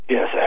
Yes